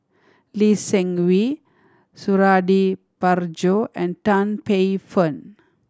Lee Seng Wee Suradi Parjo and Tan Paey Fern